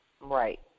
Right